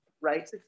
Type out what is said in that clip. right